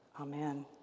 Amen